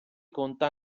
conta